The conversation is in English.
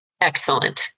excellent